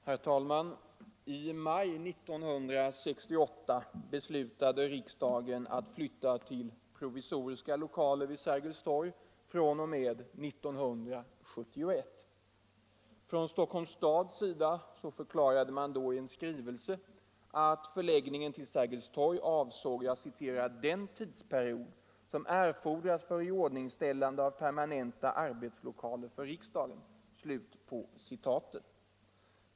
Herr talman! I maj 1968 beslutade riksdagen att flytta till provisoriska lokaler vid Sergels torg fr.o.m. 1971. Från Stockholms stads sida förklarade man då i en skrivelse att förläggningen till Sergels torg avsåg ”den tidsperiod som erfordras för iordningställande av permanenta arbetslokaler för riksdagen”.